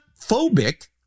phobic